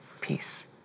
peace